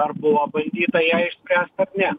ar buvo bandyta ją išspręst ar ne